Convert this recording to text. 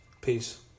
Peace